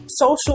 Social